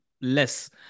less